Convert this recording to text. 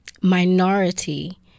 minority